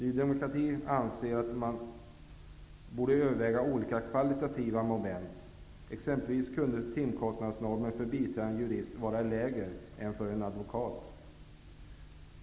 Ny demokrati anser att man borde överväga olika kvalitativa moment. Exempelvis kunde timkostnadsnormen för biträdande jurist vara lägre än för en advokat.